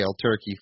turkey